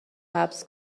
حبس